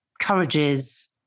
encourages